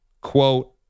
quote